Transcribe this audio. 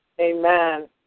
Amen